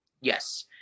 Yes